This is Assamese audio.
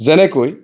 যেনেকৈ